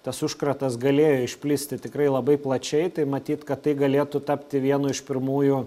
tas užkratas galėjo išplisti tikrai labai plačiai tai matyt kad tai galėtų tapti vienu iš pirmųjų